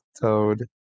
toad